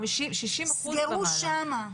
תסגרו שם.